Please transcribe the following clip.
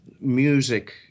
music